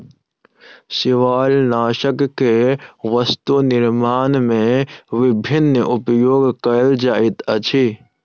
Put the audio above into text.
शिवालनाशक के वस्तु निर्माण में विभिन्न उपयोग कयल जाइत अछि